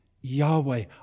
Yahweh